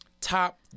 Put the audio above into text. top